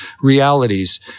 realities